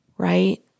Right